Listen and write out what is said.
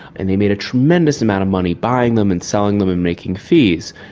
and they made a tremendous amount of money buying them and selling them and making fees.